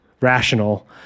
rational